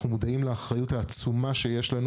אנחנו מודעים לאחריות העצומה שיש לנו